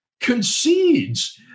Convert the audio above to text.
concedes